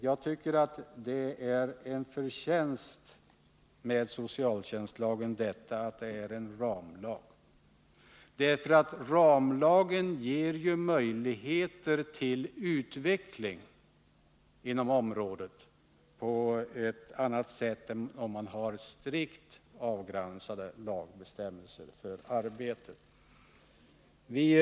Jag tycker att det är en förtjänst, därför att en ramlag ju ger möjligheter till utveckling inom området på ett annat sätt än vad en strikt avgränsad lagbestämmelse för arbetet gör.